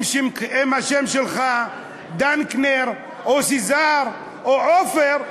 אם השם שלך דנקנר או זיסר או עופר,